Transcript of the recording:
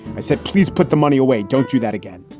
i said, please put the money away. don't do that again.